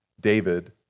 David